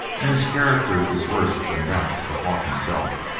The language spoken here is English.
and his character is worse than that of the hawk himself,